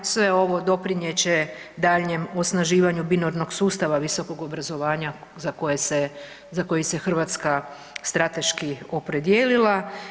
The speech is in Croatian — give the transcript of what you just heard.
Sve ovo doprinijet će daljnjem osnaživanju binarnog sustava visokog obrazovanja za koje se, za koji se Hrvatska strateški opredijelila.